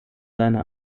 seine